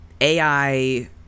AI